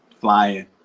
Flying